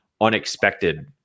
unexpected